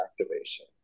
activation